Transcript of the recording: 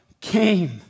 came